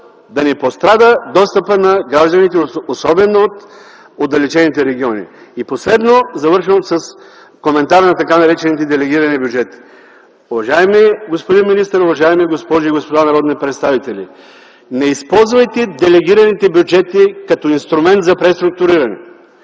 да не пострада достъпът на гражданите особено в отдалечените региони. Последно, завършвам с коментара на така наречените делегирани бюджети. Уважаеми господин министър, уважаеми госпожи и господа народни представители, не използвайте делегираните бюджети като инструмент за преструктуриране.